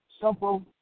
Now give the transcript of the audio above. simple